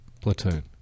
Platoon